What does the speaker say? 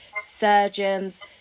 surgeons